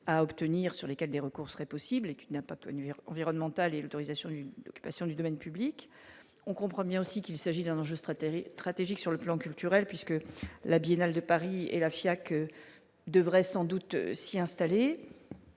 à obtenir, sur lesquels des recours serait possible et qu'une pas nuire environnementale et l'autorisation sur le domaine public, on comprend bien aussi qu'il s'agit d'injuste rather il stratégique sur le plan culturel, puisque la Biennale de Paris et la FIAC devrait sans doute s'y installer,